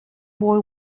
boy